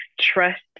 trust